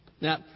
Now